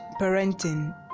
parenting